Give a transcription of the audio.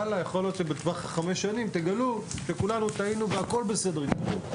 יכול להיות שבטווח חמש השנים תגלו שכולנו טעינו והכול בסדר גמור,